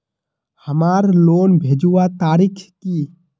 हमार लोन भेजुआ तारीख की?